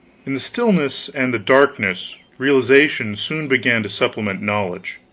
in the stillness and the darkness, realization soon began to supplement knowledge.